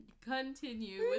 continue